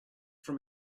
from